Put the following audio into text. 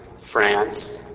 France